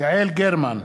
יעל גרמן,